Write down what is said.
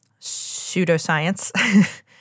pseudoscience